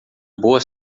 boa